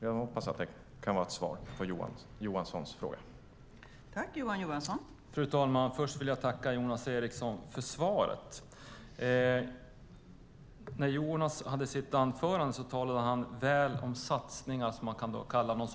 Jag hoppas att det kan vara ett svar på Johan Johanssons fråga.